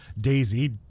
Daisy